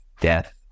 death